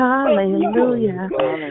Hallelujah